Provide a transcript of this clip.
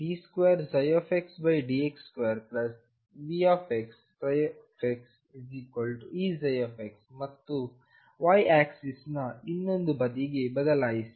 22md2xdx2VxxEψಮತ್ತು y axis ನ ಇನ್ನೊಂದು ಬದಿಗೆ ಬದಲಾಯಿಸಿ